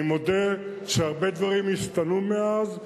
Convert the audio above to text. אני מודה שהרבה דברים השתנו מאז,